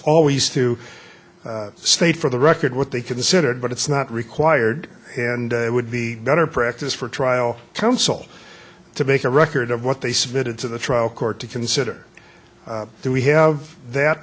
always to state for the record what they considered but it's not required and it would be better practice for a trial counsel to make a record of what they submitted to the trial court to consider that we have that